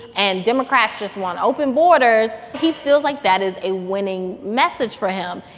and democrats just want open borders, he feels like that is a winning message for him.